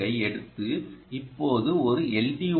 4 ஐ எடுத்து இப்போது ஒரு எல்